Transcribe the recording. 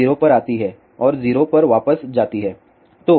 0 पर आती है और 0 पर वापस जाती है